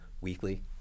weekly